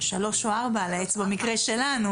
שלוש או ארבע על העץ במקרה שלנו.